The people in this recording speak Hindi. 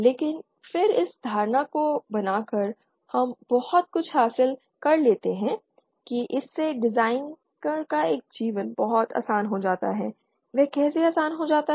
लेकिन फिर इस धारणा को बनाकर हम बहुत कुछ हासिल कर लेते हैं कि इससे डिजाइनर का जीवन बहुत आसान हो जाता है यह कैसे आसान हो जाता है